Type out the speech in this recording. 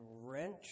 wrench